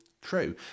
true